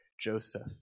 Joseph